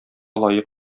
лаек